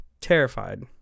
Terrified